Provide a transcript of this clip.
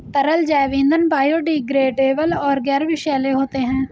तरल जैव ईंधन बायोडिग्रेडेबल और गैर विषैले होते हैं